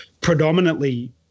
predominantly